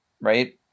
right